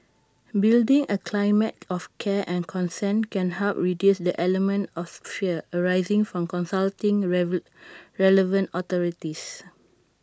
building A climate of care and concern can help reduce the element of fear arising from consulting river relevant authorities